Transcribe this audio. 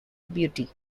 beauty